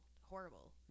horrible